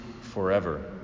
forever